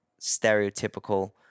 stereotypical